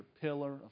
pillar